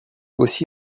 aussi